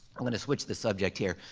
i'm gonna switch the subject here.